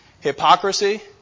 Hypocrisy